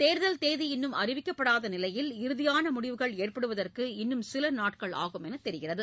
தேர்தல் தேதி இன்னும் அறிவிக்கப்படாத நிலையில் இறுதியான முடிவுகள் ஏற்படுவதற்கு இன்னும் சில நாட்கள் ஆகுமென்று தெரிகிறது